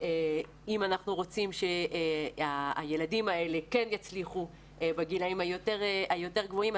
שאם אנחנו רוצים שהילדים האלה כן יצליחו בגילים היותר גבוהים,